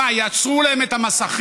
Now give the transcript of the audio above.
מה, יעצרו להם את המסכים?